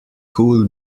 cool